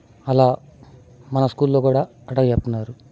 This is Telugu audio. అలా మన స్కూళ్ళో కూడా అలాగే చెప్తున్నారు